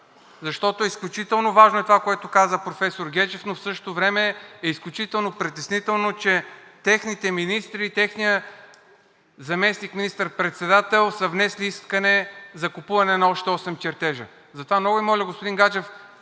защото изключително важно е това, което каза професор Гечев, но в същото време е изключително притеснително, че техните министри и техният заместник министър председател са внесли искане за купуване на още осем чертежа. Затова много Ви моля, господин Гаджев,